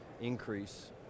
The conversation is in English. increase